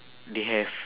they have